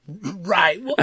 Right